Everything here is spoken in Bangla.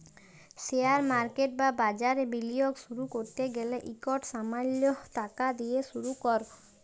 শেয়ার মার্কেট বা বাজারে বিলিয়গ শুরু ক্যরতে গ্যালে ইকট সামাল্য টাকা দিঁয়ে শুরু কর